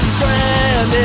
Stranded